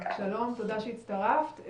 שלום ותודה שהצטרפת.